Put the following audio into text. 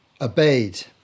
obeyed